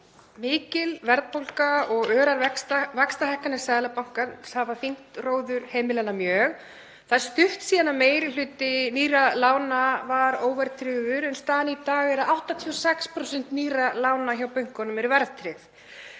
Mikil verðbólga og örar vaxtahækkanir Seðlabankans hafa þyngt róður heimilanna mjög. Það er stutt síðan að meiri hluti nýrra lána var óverðtryggður en staðan í dag er að 86% nýrra lána hjá bönkunum eru verðtryggð.